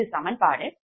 இது சமன்பாடு 62